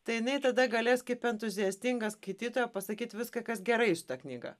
tai jinai tada galės kaip entuziastinga skaitytoja pasakyt viską kas gerai šita knyga